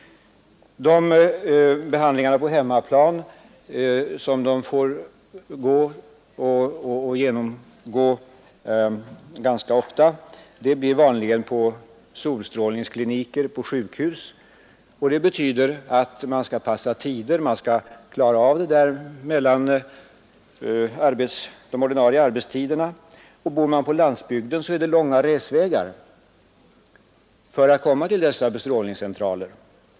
Behandlingarna på hemmaplan, som de måste genomgå ganska ofta, sker vanligen på bestrålningskliniker på sjukhus, och det betyder att de sjuka skall passa tider och klara av behandlingarna mellan de ordinarie arbetstiderna. De som bor på landsbygden har dessutom långa resvägar för att komma till bestrålningscentralerna.